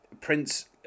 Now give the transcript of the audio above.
prince